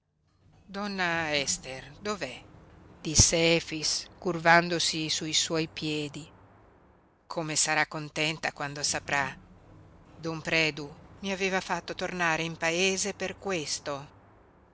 indovinava donna ester dov'è disse efix curvandosi sui suoi piedi come sarà contenta quando saprà don predu mi aveva fatto tornare in paese per questo